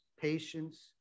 patience